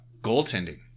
Goaltending